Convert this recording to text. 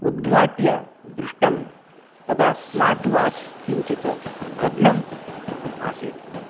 उद्घाट्य दृष्टं तदा स्मार्ट् वाच् किञ्चित् भग्नम् आसीत्